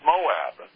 Moab